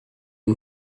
yng